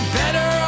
better